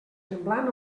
semblant